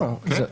לא.